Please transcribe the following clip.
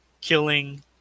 killing